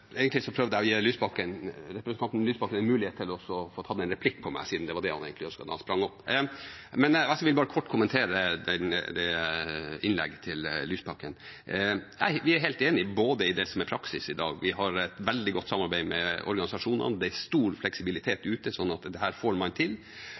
Egentlig prøvde jeg å gi representanten Lysbakken en mulighet til å få tatt en replikk på meg, siden det var det han egentlig ønsket da han sprang opp. Jeg vil bare kort kommentere innlegget til Lysbakken. Vi er helt enig i det som er praksis i dag. Vi har veldig godt samarbeid med organisasjonene. Det er stor fleksibilitet